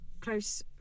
close